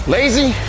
Lazy